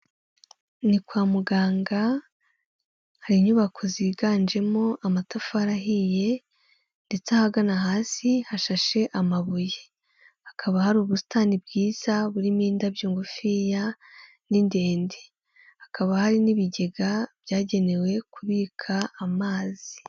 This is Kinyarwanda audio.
Ni kwa muganga hari inyubako ziganjemo amatafari ahiye ndetse ahagana hasi hashashe amabuye, hakaba hari ubusitani bwiza burimo indabyo ngufi ya ni ndende hakaba hari n'ibigega byagenewe kubika amazi.